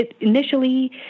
initially